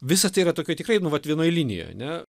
visa tai yra tokia tikrai nu vat vienoj linijoj ane